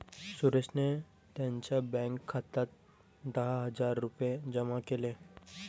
सुरेशने त्यांच्या बँक खात्यात दहा हजार रुपये जमा केले